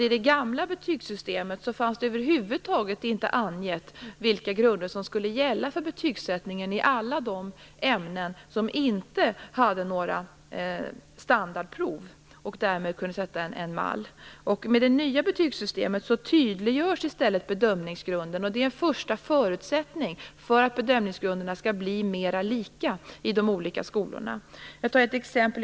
I det gamla betygssystemet fanns det över huvud taget inte angivet vilka grunder som skulle gälla för betygsättningen i alla de ämnen som inte hade några standardprov som kunde utgöra en mall. Med det nya betygssystemet tydliggörs i stället bedömningsgrunden. Det är en första förutsättning för att bedömningsgrunderna skall bli mer lika i de olika skolorna. Jag kan ta ett exempel.